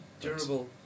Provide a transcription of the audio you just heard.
Durable